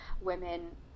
women